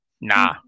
Nah